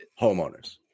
Homeowners